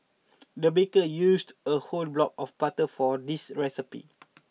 the baker used a whole block of butter for this recipe